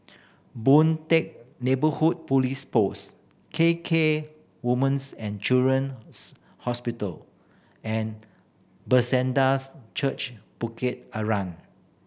Boon Teck Neighbourhood Police Post K K Woman's and Children's Hospital and Bethesdas Church Bukit Arang